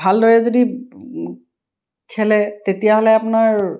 ভালদৰে যদি খেলে তেতিয়াহ'লে আপোনাৰ